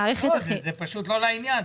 זה פשוט לא לעניין.